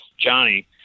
Johnny